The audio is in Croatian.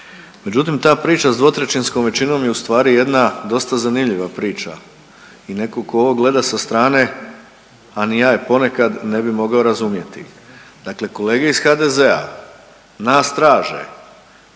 Međutim, ta priča sa 2/3 većinom je ustvari jedna dosta zanimljiva priča i netko tko ovo gleda sa strane a ni ja je ponekad ne bi mogao razumjeti. Dakle, kolege iz HDZ-a nas traže